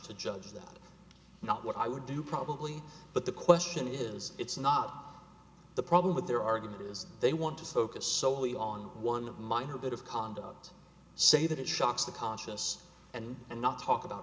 to judge is that not what i would do probably but the question is it's not the problem with their argument is that they want to focus solely on one of mine her bit of conduct say that it shocks the conscious and and not talk about